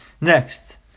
Next